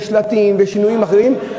שלטים ושינויים אחרים.